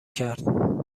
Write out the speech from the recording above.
کرد